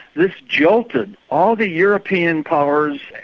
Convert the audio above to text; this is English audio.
this jolted all the european powers,